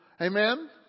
Amen